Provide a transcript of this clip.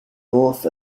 north